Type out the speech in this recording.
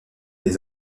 les